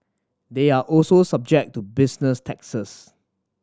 they are also subject to business taxes